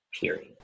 period